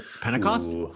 Pentecost